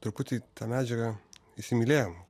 truputį tą medžiagą įsimylėjau